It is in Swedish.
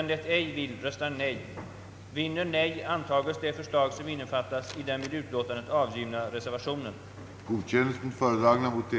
Beträffande kostnaderna vill jag understryka herr Bengt Gustavssons uppgifter om att det inte råder några skilda meningar om anslagets storlek.